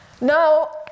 Now